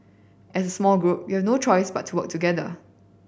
as small group you no choice but to work together